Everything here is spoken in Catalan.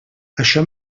això